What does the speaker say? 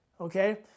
okay